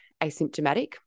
asymptomatic